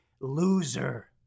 loser